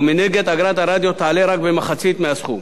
ומנגד אגרת הרדיו תעלה רק במחצית הסכום.